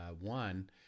one